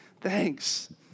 Thanks